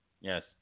yes